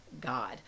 God